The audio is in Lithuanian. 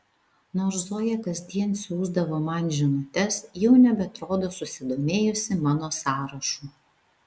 nors zoja kasdien siųsdavo man žinutes jau nebeatrodo susidomėjusi mano sąrašu